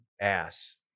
ass